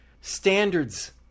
standards